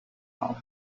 out